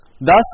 Thus